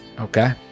Okay